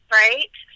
right